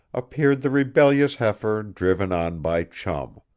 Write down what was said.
appeared the rebellious heifer, driven on by chum.